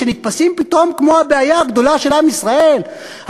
שנתפסים פתאום כמו הבעיה הגדולה של עם ישראל,